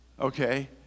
okay